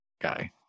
guy